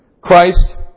Christ